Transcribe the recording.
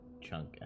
chunk